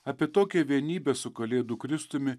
apie tokią vienybę su kalėdų kristumi